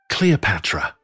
Cleopatra